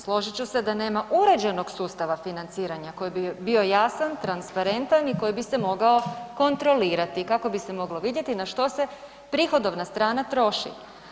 Složit ću se da nema uređenog sustava financiranja koji bi bio jasan, transparentan i koji bi se mogao kontrolirati kako bi se moglo vidjeti na što se prihodovna strana troši.